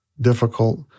difficult